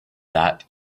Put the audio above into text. that